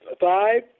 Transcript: Five